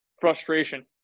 frustration